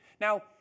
Now